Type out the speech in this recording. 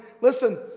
listen